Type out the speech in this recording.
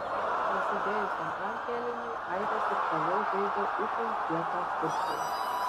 prasidėjus antram kėliniui airės ir toliau žaidė itin kietą futbolą